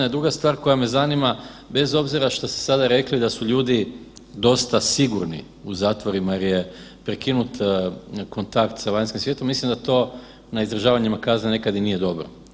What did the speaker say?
A druga stvar koja me zanima, bez obzira šta ste sada rekli da su ljudi dosta sigurni u zatvorima jer je prekinut kontakt sa vanjskim svijetom, mislim da to na izdržavanjima kazne nekad i nije dobro.